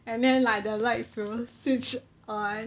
and then like the lights will switch on